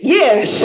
yes